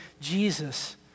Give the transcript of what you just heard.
Jesus